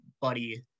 buddy